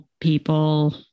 people